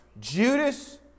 judas